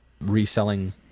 reselling